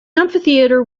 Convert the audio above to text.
amphitheater